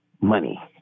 money